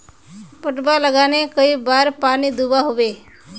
पटवा लगाले कई बार पानी दुबा होबे?